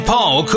Paul